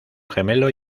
gemelo